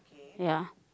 ya